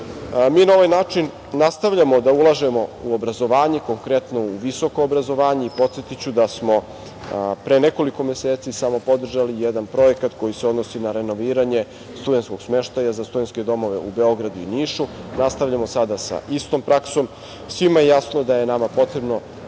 na ovaj način nastavljamo da ulažemo u obrazovanje, konkretno u visoko obrazovanje. podsetiću da smo pre nekoliko meseci samo podržali jedan projekat koji se odnosi na renoviranje studentskog smeštaja za studentske domove u Beogradu i Nišu. Nastavljamo sada sa istom praksom. Svima je jasno da je nama potrebno